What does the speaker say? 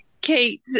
Kate